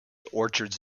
orchards